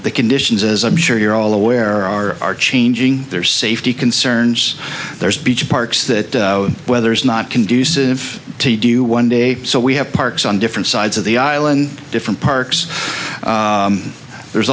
business conditions as i'm sure you're all aware are changing their safety concerns there's beach parks that weather is not conducive to do one day so we have parks on different sides of the island different parks there's